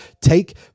Take